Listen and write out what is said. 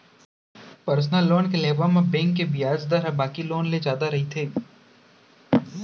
personal loan के लेवब म बेंक के बियाज दर ह बाकी लोन ले जादा रहिथे